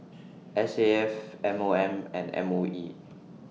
S A F M O M and M O E